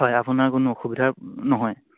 হয় আপোনাৰ কোনো অসুবিধা নহয়